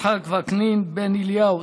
יצחק וקנין בן אליהו,